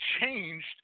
changed